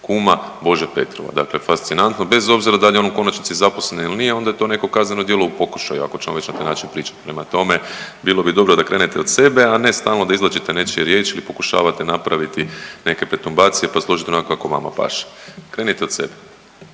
kuma Bože Petrova. Dakle, fascinantno bez obzira da li je on u konačnici zaposlen ili nije, onda je to neko kazneno djelo u pokušaju ako ćemo već na taj način pričati. Prema tome, bilo bi dobro da krenete od sebe, a ne stalno da izvlačite nečije riječi ili pokušavate napraviti neke pretumbacije pa složiti onako kako vama paše. Krenite od sebe.